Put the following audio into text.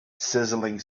sizzling